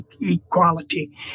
equality